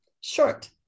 short